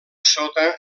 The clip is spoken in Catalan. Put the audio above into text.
sota